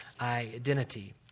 identity